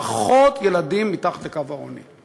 פחות ילדים מתחת לקו העוני?